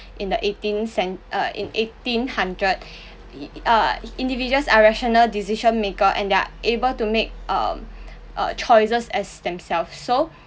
in the eighteen cen~ err in eighteen hundred err individuals are rational decision maker and they're able to make um err choices as themselves so